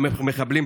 מחבלים,